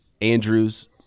Andrews